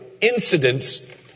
incidents